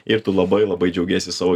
ir tu labai labai džiaugiesi savo